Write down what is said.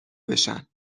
بشن